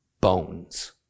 bones